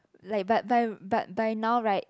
like but but but by now [right]